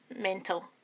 mental